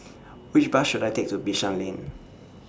Which Bus should I Take to Bishan Lane